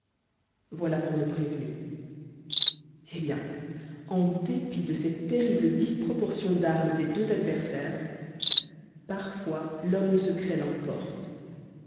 voilà pour le prévenu eh bien en dépit de cette terrible disproportion d'armes des deux adversaires parfois l'homme au secret l'emporte